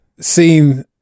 seen